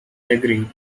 agree